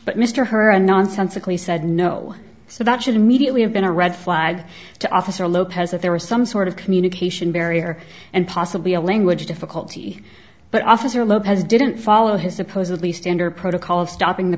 mr her a nonsensically said no so that should immediately have been a red flag to officer lopez if there was some sort of communication barrier and possibly a language difficulty but officer lopez didn't follow his supposedly standard protocol of stopping the